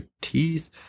teeth